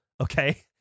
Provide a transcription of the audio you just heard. okay